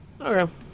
Okay